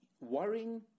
worrying